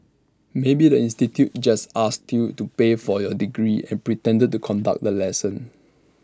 maybe the institute just asked you to pay for your degree and pretended to conduct the lesson